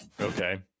Okay